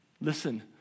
listen